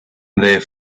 their